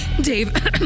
Dave